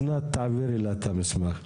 אסנת, תעבירי לה את המסמך.